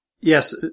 Yes